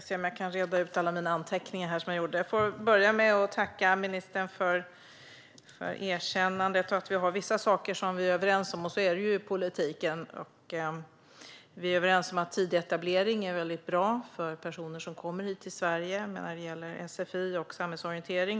Herr talman! Jag vill börja med att tacka ministern för erkännandet. Det finns vissa saker som vi är överens om. Så är det i politiken. Vi är överens om att tidig etablering är väldigt bra för personer som kommer hit till Sverige. Men vi är inte överens när det gäller sfi och samhällsorientering.